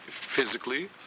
physically